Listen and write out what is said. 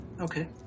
okay